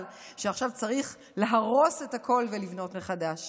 שעכשיו צריך להרוס את הכול ולבנות מחדש?